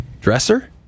dresser